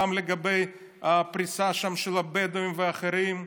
גם לגבי הפריסה שם של הבדואים ואחרים,